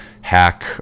hack